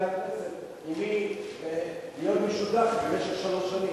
הכנסת עם מי להיות משודך במשך שלוש שנים.